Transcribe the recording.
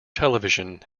television